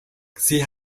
sie